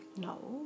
No